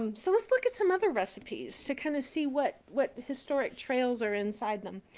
um so let's look at some other recipes to kind of see what what historical trails are inside them.